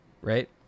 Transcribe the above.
right